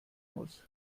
muss